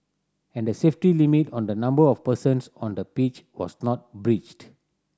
and the safety limit on the number of persons on the pitch was not breached